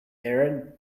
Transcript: aaron